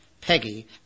Peggy